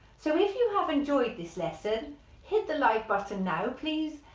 so if you have enjoyed this lesson hit the like button now please,